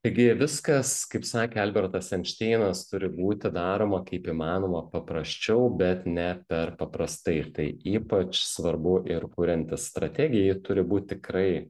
taigi viskas kaip sakė albertas einšteinas turi būti daroma kaip įmanoma paprasčiau bet ne per paprastai tai ypač svarbu ir kuriantis strategijai turi būt tikrai